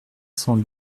cent